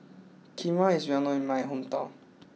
Kheema is well known in my hometown